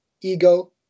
ego